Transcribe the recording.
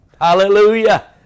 Hallelujah